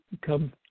come